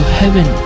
heaven